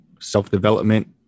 self-development